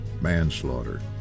manslaughter